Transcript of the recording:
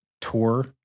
tour